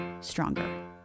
stronger